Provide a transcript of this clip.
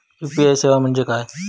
UPI सेवा म्हणजे काय?